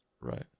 Right